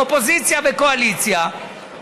אופוזיציה וקואליציה,